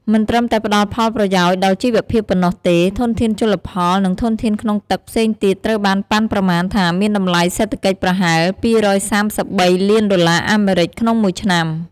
មិនត្រឹមតែផ្ដល់ផលប្រយោជន៍ដល់ជីវភាពប៉ុណ្ណោះទេ ធនធានជលផល និងធនធានក្នុងទឹកផ្សេងទៀតត្រូវបានប៉ាន់ប្រមាណថាមានតម្លៃសេដ្ឋកិច្ចប្រហែល ២៣៣ លានដុល្លារអាមេរិកក្នុងមួយឆ្នាំ។